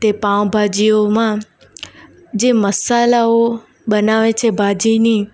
તેમાં પાંવભાજીઓમાં જે મસાલાઓ બનાવે છે ભાજીની